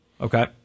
okay